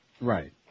Right